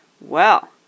Well